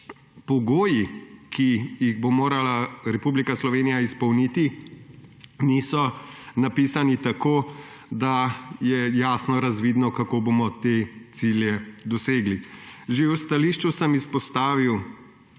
pogoji, ki jih bo morala Republika Slovenija izpolniti, niso napisani tako, da je jasno razvidno, kako bomo te cilje dosegli. Že v stališču sem izpostavil